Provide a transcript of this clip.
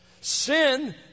Sin